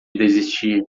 desistir